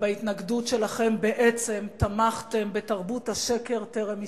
ובהתנגדות שלכם בעצם תמכתם בתרבות השקר טרם השתמטות?